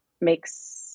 makes